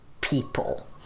people